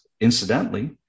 incidentally